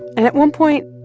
and at one point,